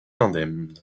indemne